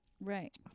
right